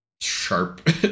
sharp